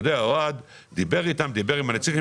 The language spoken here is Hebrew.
אוהד דיבר איתם, דיבר עם הנציג שלהם.